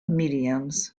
mediums